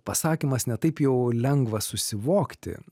pasakymas ne taip jau lengva susivokti